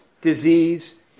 disease